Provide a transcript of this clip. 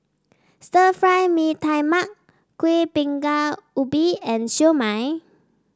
Stir Fry Mee Tai Mak Kuih Bingka Ubi and Siew Mai